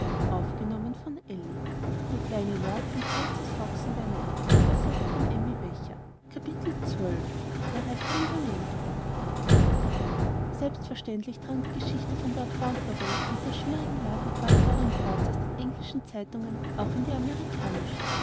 der dinge in der that sprachlos zwölftes kapitel selbstverständlich drang die geschichte von lord fauntleroy und der schwierigen lage graf dorincourts aus den englischen zeitungen auch in die amerikanischen